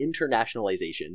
internationalization